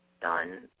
done